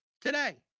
today